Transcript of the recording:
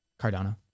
Cardano